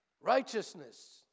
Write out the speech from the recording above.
Righteousness